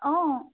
অ